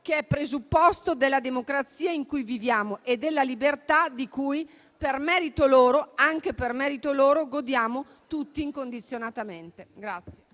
che è presupposto della democrazia in cui viviamo e della libertà di cui anche per merito loro godiamo tutti incondizionatamente.